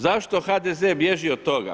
Zašto HDZ bježi od toga?